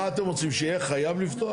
מה אתם רוצים, שיהיה חייב לפתוח?